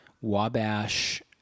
Wabash